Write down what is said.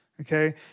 okay